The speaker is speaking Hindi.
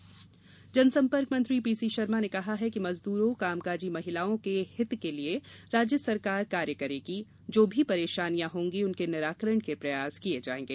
कांग्रेस बैठक जनसम्पर्क मंत्री पी सी शर्मा ने कहा कि मजदूरों कामकाजी महिलाओं के हित के लिए राज्य सरकार कार्य करेगी जो भी परेशानियां होंगी उनके निराकरण के प्रयास किये जायेंगे